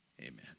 Amen